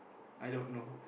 i don't know